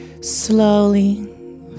slowly